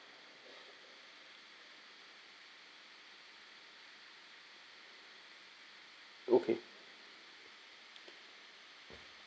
okay